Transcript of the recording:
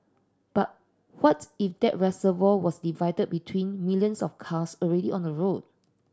but what if that reservoir was divided between millions of cars already on the road